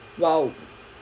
!wow!